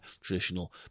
traditional